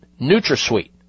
NutraSweet